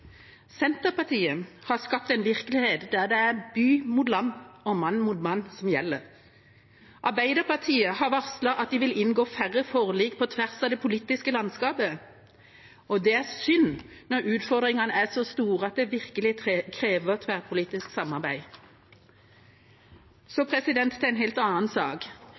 Senterpartiet har skapt en virkelighet der det er by mot land og mann mot mann som gjelder. Arbeiderpartiet har varslet at de vil inngå færre forlik på tvers av det politiske landskapet, og det er synd når utfordringene er så store at det virkelig krever tverrpolitisk samarbeid. Til en helt annen sak: